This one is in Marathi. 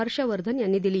हर्ष वर्धन यांनी दिली